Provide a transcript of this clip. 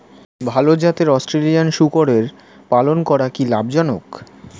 ভাল জাতের অস্ট্রেলিয়ান শূকরের পালন করা কী লাভ জনক?